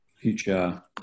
future